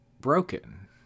broken